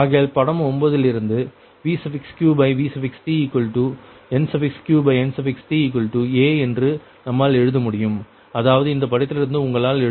ஆகையால் படம் ஒன்பதிலிருந்து VqVtNqNta என்று நம்மால் எழுத முடியும் அதாவது இந்த படத்திலிருந்து உங்களால் எழுத முடியும்